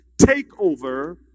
takeover